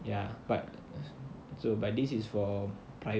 ya but so but this is for private